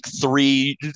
three